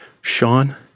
Sean